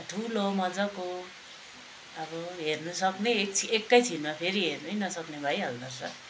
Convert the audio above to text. ठुलो मजाको अब हेर्नु सक्ने एकै छिनमा फेरि हेर्नै नसक्ने भइहाल्दो रहेछ